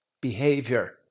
behavior